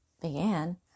began